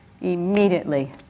immediately